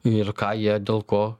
ir ką jie dėl ko